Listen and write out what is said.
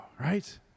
right